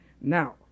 Now